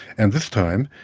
and this time,